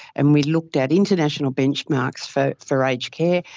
and we looked at international benchmarks for for aged care,